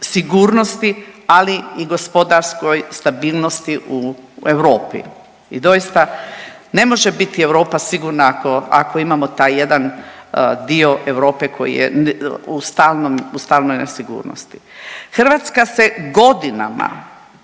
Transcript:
sigurnosti, ali i gospodarskoj stabilnosti u Europi. I doista, ne može biti Europa sigurna ako imamo taj jedan dio Europe koji je u stalnoj nesigurnosti. Hrvatska se godinama,